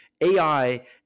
AI